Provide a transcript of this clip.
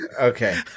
Okay